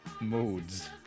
modes